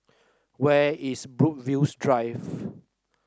where is Brookvale Drive